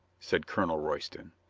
said colonel royston.